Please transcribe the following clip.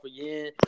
again